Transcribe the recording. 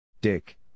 Dick